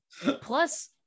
Plus